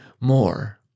more